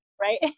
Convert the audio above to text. right